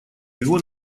его